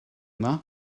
dda